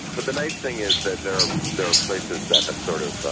but the nice thing is that there there are places that have sort of